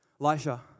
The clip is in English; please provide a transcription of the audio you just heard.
Elisha